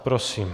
Prosím.